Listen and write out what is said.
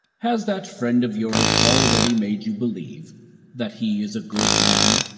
has that friend of yours already made you believe that he is a good man?